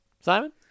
Simon